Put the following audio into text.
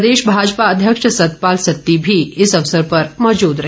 प्रदेश भाजपा अध्यक्ष सतपाल सत्ती भी इस अवसर पर मौजूद रहे